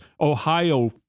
Ohio